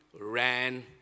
ran